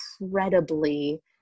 incredibly